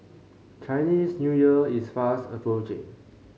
Chinese New Year is fast approaching